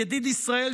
ידיד ישראל,